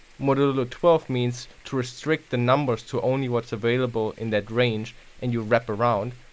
modulo twelve means to restrict the numbers to only what's available in that range and you wrap around.